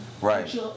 Right